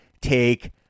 take